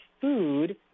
food